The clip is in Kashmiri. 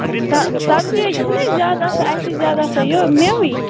سب سبزی حظ چھنہٕ اسہِ زیادٕ آسان اسہِ چھِ زیادٕ آسان یہُے میوے